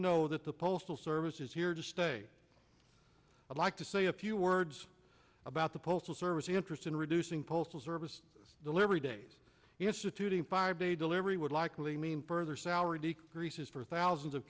know that the postal service is here to stay i'd like to say a few words about the postal service the interest in reducing postal service delivery days instituting five day delivery would likely mean further salary decreases for thousands of